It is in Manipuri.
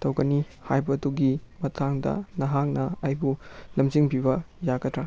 ꯇꯧꯒꯅꯤ ꯍꯥꯏꯕꯗꯨꯒꯤ ꯃꯇꯥꯡꯗ ꯅꯍꯥꯛꯅ ꯑꯩꯕꯨ ꯂꯝꯖꯤꯡꯕꯤꯕ ꯌꯥꯒꯗ꯭ꯔꯥ